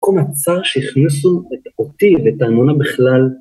‫מקום הצר שהכניסו את אותי ‫ואת האמונה בכלל.